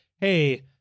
Hey